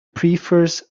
prefers